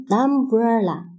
umbrella